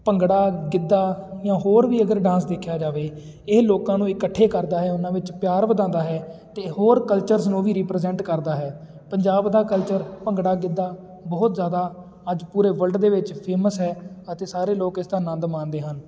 ਭੰਗੜਾ ਗਿੱਧਾ ਜਾਂ ਹੋਰ ਵੀ ਅਗਰ ਡਾਂਸ ਦੇਖਿਆ ਜਾਵੇ ਇਹ ਲੋਕਾਂ ਨੂੰ ਇਕੱਠੇ ਕਰਦਾ ਹੈ ਉਹਨਾਂ ਵਿੱਚ ਪਿਆਰ ਵਧਾਉਂਦਾ ਹੈ ਅਤੇ ਹੋਰ ਕਲਚਰਸ ਨੂੰ ਵੀ ਰੀਪ੍ਰਜੈਂਟ ਕਰਦਾ ਹੈ ਪੰਜਾਬ ਦਾ ਕਲਚਰ ਭੰਗੜਾ ਗਿੱਧਾ ਬਹੁਤ ਜ਼ਿਆਦਾ ਅੱਜ ਪੂਰੇ ਵਰਲਡ ਦੇ ਵਿੱਚ ਫੇਮਸ ਹੈ ਅਤੇ ਸਾਰੇ ਲੋਕ ਇਸਦਾ ਆਨੰਦ ਮਾਣਦੇ ਹਨ